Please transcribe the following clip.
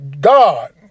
God